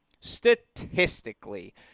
statistically